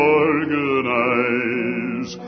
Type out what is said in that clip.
organize